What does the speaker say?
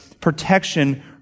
protection